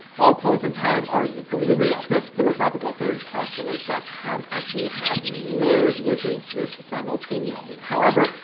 all points in time are equally real. this philosophical theory postulates that time actually has many layers which exist simultaneously. however,